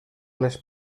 les